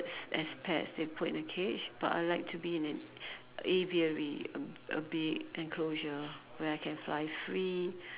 s~ as pets they put in a cage but I like to be in an aviary a a big enclosure where I can fly free